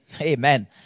Amen